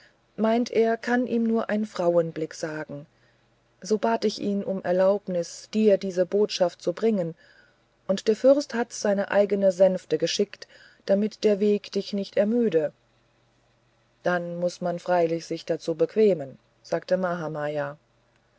meinte er kann ihm nur ein frauenblick sagen so bat ich um erlaubnis dir diese botschaft zu bringen und der fürst hat seine eigene sänfte geschickt damit der weg dich nicht ermüde dann muß man freilich sich dazu bequemen sagte mahamaya